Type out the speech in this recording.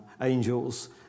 angels